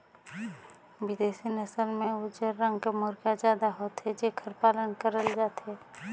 बिदेसी नसल में उजर रंग के मुरगा जादा होथे जेखर पालन करल जाथे